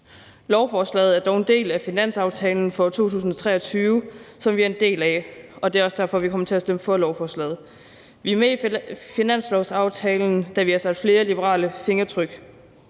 Lovforslaget er dog en del af finanslovsaftalen for 2023, som vi er en del af, og det er også derfor, vi kommer til at stemme for lovforslaget. Vi er med i finanslovsaftalen, da vi har sat flere liberale fingeraftryk